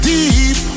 Deep